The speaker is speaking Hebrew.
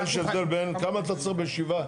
הבדל, כמה אתה צריך ב-7?